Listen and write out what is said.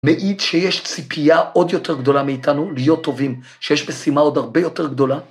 מעיד שיש ציפייה עוד יותר גדולה מאיתנו, להיות טובים, שיש משימה עוד הרבה יותר גדולה.